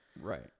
Right